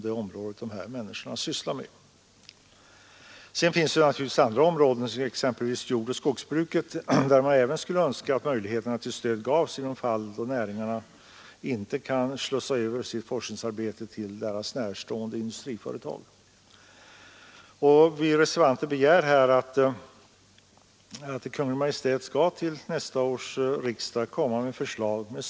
Utskottet har alltså godtagit propositionen mer eller mindre ”med armbågen”. I reservationen 2 har vi anmärkt på utskottets skrivning i det stycket. Vi tycker nämligen att det är riktigt att genom möjligheter till avdrag stimulera forskningen.